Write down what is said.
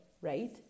right